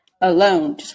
Alone